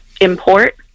import